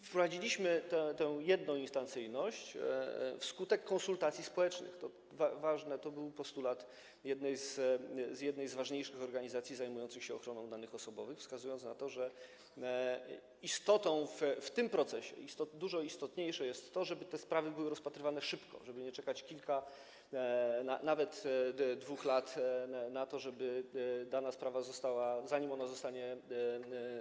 Wprowadziliśmy tę jednoinstancyjność wskutek konsultacji społecznych - to ważne, to był postulat jednej z ważniejszych organizacji zajmujących się ochroną danych osobowych - wskazując na to, że w tym procesie dużo istotniejsze jest to, żeby te sprawy były rozpatrywane szybko, żeby nie czekać kilku lat, nawet 2 lat, na to, żeby dana sprawa została rozstrzygnięta.